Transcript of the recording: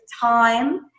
time –